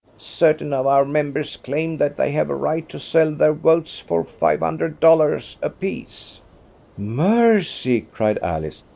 certain of our members claim that they have a right to sell their votes for five hundred dollars apiece mercy! cried alice.